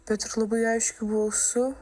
bet ir labai aiškiu balsu